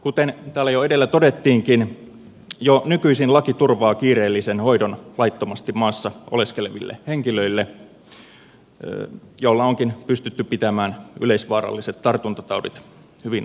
kuten täällä jo edellä todettiinkin jo nykyisin laki turvaa kiireellisen hoidon laittomasti maassa oleskeleville henkilöille millä onkin pystytty pitämään yleisvaaralliset tartuntataudit hyvin aisoissa